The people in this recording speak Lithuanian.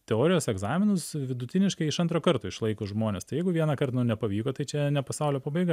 teorijos egzaminus vidutiniškai iš antro karto išlaiko žmonės tai jeigu vienąkart nu nepavyko tai čia ne pasaulio pabaiga